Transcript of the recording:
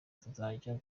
tuzajya